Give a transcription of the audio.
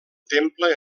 temple